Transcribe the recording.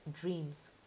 dreams